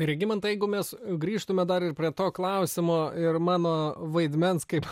regimantai jeigu mes grįžtume dar ir prie to klausimo ir mano vaidmens kaip